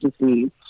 disease